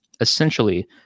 Essentially